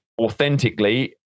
authentically